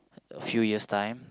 a few years time